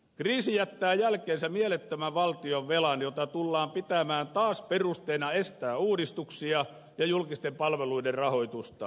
kriisi jättää jälkeensä mielettömän valtionvelan jota tullaan pitämään taas perusteena estää uudistuksia ja julkisten palveluiden rahoitusta